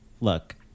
look